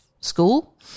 School